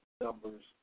Numbers